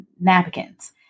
napkins